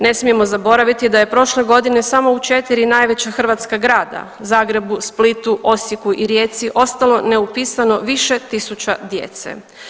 Ne smijemo zaboraviti da je prošle godine samo u četiri najveća hrvatska grada Zagrebu, Splitu, Osijeku i Rijeci ostalo neupisano više tisuća djece.